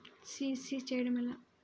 CC చేయడము ఎలా?